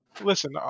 Listen